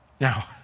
Now